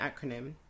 acronym